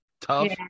tough